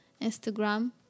Instagram